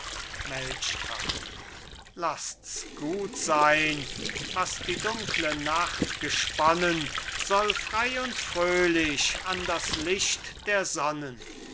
lasst's gut sein was die dunkle nacht gesponnen soll frei und fröhlich an das licht der sonnen